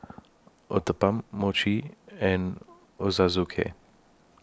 Uthapam Mochi and Ochazuke